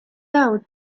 out